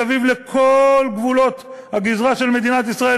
מסביב לכל גבולות הגזרה של מדינת ישראל,